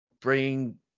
Bring